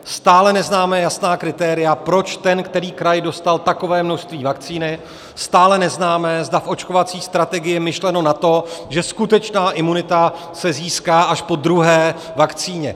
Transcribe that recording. Stále neznáme jasná kritéria, proč ten který kraj dostal takové množství vakcíny, stále neznáme, zda v očkovací strategii je myšleno na to, že skutečná imunita se získá až po druhé vakcíně.